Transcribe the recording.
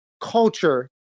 culture